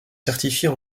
certifiée